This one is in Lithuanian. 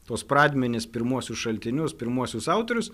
tuos pradmenis pirmuosius šaltinius pirmuosius autorius